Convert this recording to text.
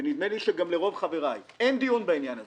ונדמה לי שגם לרוב חבריי אין דיון בעניין הזה,